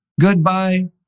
Goodbye